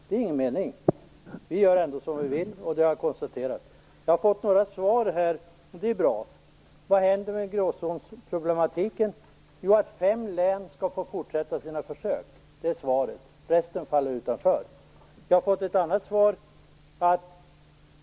Då är det ingen mening, när regeringen gör som den vill. Jag har fått några svar, och det är bra. Vad händer med gråzonsproblematiken? Svaret är att fem län skall få fortsätta sina försök, och resten faller utanför. Jag har fått ett annat svar.